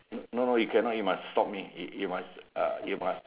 no no you cannot you must stop me you you must uh you must